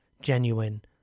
genuine